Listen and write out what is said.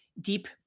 deep